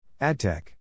AdTech